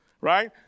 Right